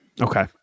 Okay